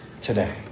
today